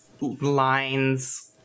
lines